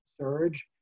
surge